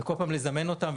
וצריך כל פעם לזמן אותם,